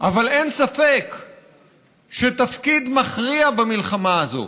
אבל אין ספק שתפקיד מכריע במלחמה הזאת